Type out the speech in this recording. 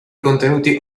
contenuti